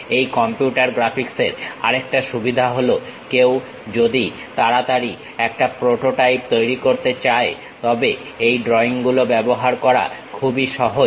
এই কম্পিউটার গ্রাফিক্সের আরেকটা সুবিধা হলো যদি কেউ তাড়াতাড়ি একটা প্রোটোটাইপ তৈরি করতে চায় তবে এই ড্রইং গুলো ব্যবহার করা খুবই সহজ